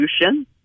solution